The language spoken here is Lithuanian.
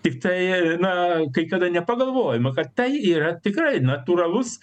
tiktai na kai kada nepagalvojome kad tai yra tikrai natūralus